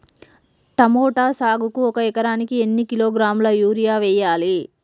Tomato సాగుకు ఒక ఎకరానికి ఎన్ని కిలోగ్రాముల యూరియా వెయ్యాలి?